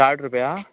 साठ रुपया